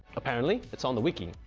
apparently, it's on the wiki,